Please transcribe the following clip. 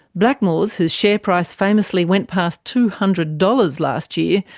blackmores, whose share price famously went past two hundred dollars last year,